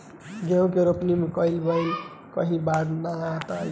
गेहूं के रोपनी कईले बानी कहीं बाढ़ त ना आई ना?